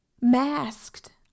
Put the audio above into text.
Masked